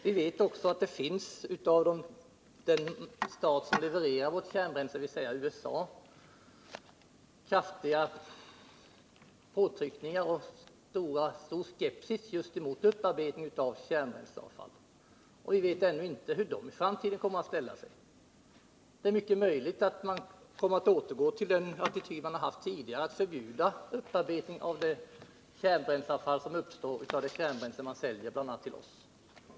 Vi vet också att det inom den stat som levererar vårt kärnbränsle, dvs. USA, bedrivs kraftiga påtryckningar och att stor skepsis råder där när det gäller just upparbetning av kärnbränsleavfall, och vi vet ännu inte vilken ståndpunkt man kommer att inta. Det är mycket möjligt att man kommer att återgå till den attityd man haft tidigare, nämligen att förbjuda upparbetning av det kärnbränsleavfall som uppstår genom det kärnbränsle man säljer bl.a. till oss.